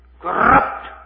corrupt